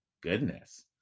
Goodness